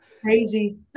Crazy